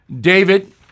David